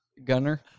Gunner